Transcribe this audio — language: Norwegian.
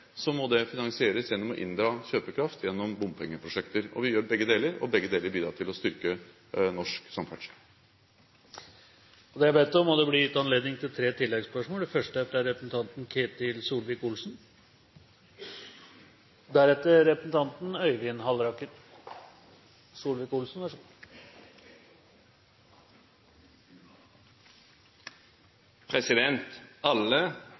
må det finansieres gjennom å inndra kjøpekraft, gjennom bompengeprosjekter. Vi gjør begge deler, og begge deler bidrar til å styrke norsk samferdsel. Det er bedt om og blir gitt anledning til tre oppfølgingsspørsmål – først Ketil Solvik-Olsen. Alle her i denne sal er